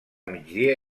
migdia